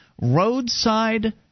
Roadside